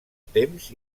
temps